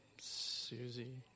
Susie